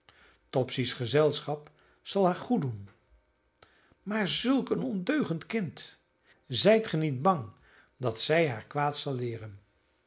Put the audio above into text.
topsy's gezelschap zal haar goeddoen maar zulk een ondeugend kind zijt ge niet bang dat zij haar kwaad zal leeren